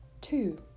Two